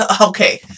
okay